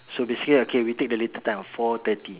so okay we take the later time four thirty